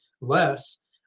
less